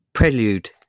Prelude